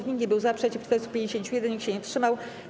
Nikt nie był za, przeciw - 451, nikt się nie wstrzymał.